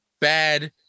bad